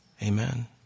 Amen